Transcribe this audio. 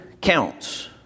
counts